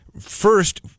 first